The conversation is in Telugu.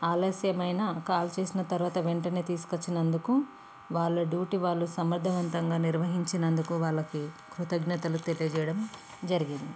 ఆలస్యమైనా కాల్ చేసిన తరువాత వెంటనే తీసుకొచ్చినందుకు వాళ్ళ డ్యూటీ వాళ్ళు సమర్ధవంతంగా నిర్వహించినందుకు వాళ్ళకు కృతజ్ఞతలు తెలియజేయడం జరిగింది